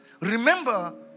remember